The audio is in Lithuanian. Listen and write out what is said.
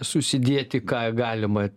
susidėti ką galima